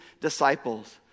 disciples